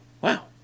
wow